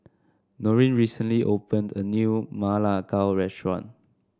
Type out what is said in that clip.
Noreen recently opened a new Ma Lai Gao restaurant